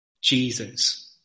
Jesus